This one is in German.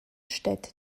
städte